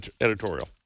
editorial